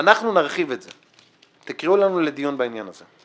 שאנחנו נרחיב את זה, תקראו לנו לדיון בעניין הזה.